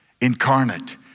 incarnate